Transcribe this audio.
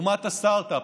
אומת הסטרטאפ,